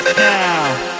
now